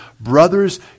Brothers